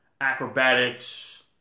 acrobatics